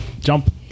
Jump